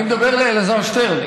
אני מדבר אל אלעזר שטרן.